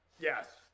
Yes